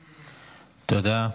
תודה.